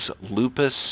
lupus